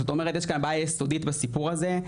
זאת אומרת יש בעיה יסודית בסיפור הזה,